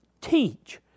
Teach